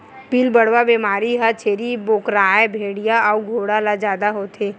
पिलबढ़वा बेमारी ह छेरी बोकराए भेड़िया अउ घोड़ा ल जादा होथे